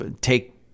take